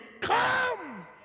come